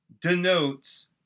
denotes